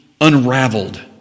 unraveled